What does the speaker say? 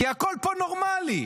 כי הכול פה נורמלי.